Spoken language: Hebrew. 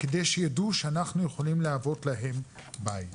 כדי שידעו שאנחנו יכולים להוות להם בית.